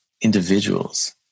individuals